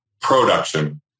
production